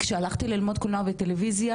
כשהלכתי ללמוד קולנוע וטלויזיה,